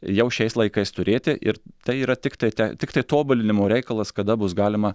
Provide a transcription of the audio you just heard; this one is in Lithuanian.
jau šiais laikais turėti ir tai yra tiktai te tiktai tobulinimo reikalas kada bus galima